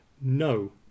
No